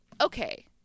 Okay